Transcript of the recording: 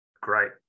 great